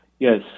Yes